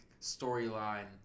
storyline